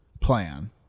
plan